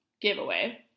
giveaway